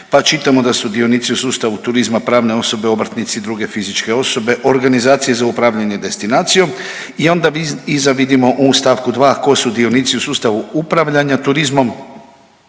pa čitamo da su dionici u sustavu turizma pravne osobe, obrtnici i druge fizičke osobe, organizacije za upravljanje destinacijom i onda iza vidimo ovu stavku 2. tko su dionici u sustavu upravljanja turizmom.